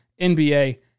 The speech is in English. NBA